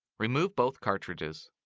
remove both cartridges.